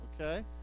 Okay